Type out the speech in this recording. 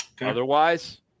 Otherwise